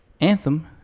Anthem